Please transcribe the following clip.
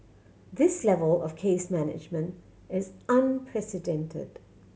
this level of case management is unprecedented